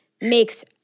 makes